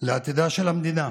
לעתידה של המדינה,